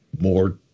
more